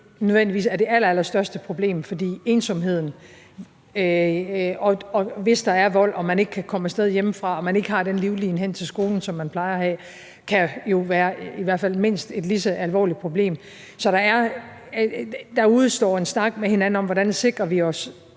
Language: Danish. nødvendigvis er det allerallerstørste problem, for hvis der er vold og man ikke kan komme af sted hjemmefra og ikke har den livline hen til skolen, som man plejer at have, kan det jo være et mindst lige så alvorligt problem. Så der udestår en snak om: Hvordan sikrer vi –